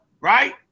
right